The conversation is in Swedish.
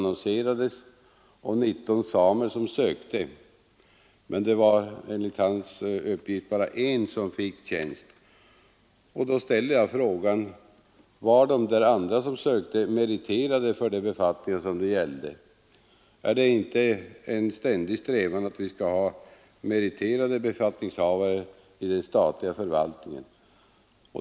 19 samer sökte dem. Enligt herr Takmans uppgift var det bara en same som fick tjänst. Då ställer jag frågan: Var de som sökte meriterade för de befattningar det gällde? Är det inte en ständig strävan att vi skall ha meriterade befattningshavare i den statliga förvaltningen?